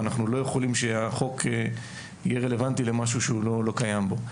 ואנחנו לא יכולים שהחוק יהיה רלוונטי למשהו שהוא לא קיים בו.